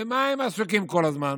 במה הם עסוקים כל הזמן?